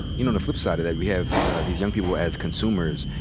you know, on the flip side of that we have these young people as consumers.